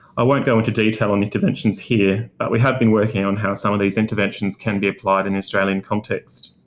i won't go into detail on interventions here, but we have been working on how some of these interventions can be applied in the australian context.